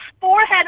forehead